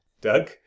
doug